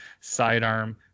sidearm